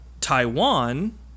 Taiwan